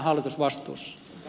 arvoisa puhemies